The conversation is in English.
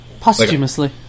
Posthumously